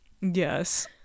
Yes